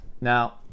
Now